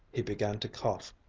he began to cough,